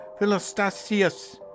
Philostasius